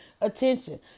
attention